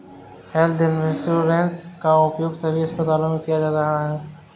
health insurance का उपयोग सभी अस्पतालों में किया जा रहा है